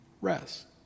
rest